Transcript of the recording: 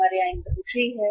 हमारे यहां इन्वेंट्री है